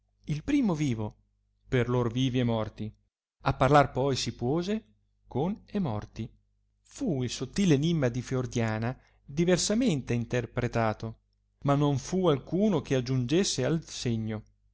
il primo vivo per lor vivi e morti a parlar poi si puose con e morti fu il sottil enimma di fiordiana diversamente interpretato ma non fu alcuno che aggiungesse al segno